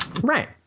Right